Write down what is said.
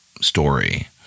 story